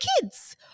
kids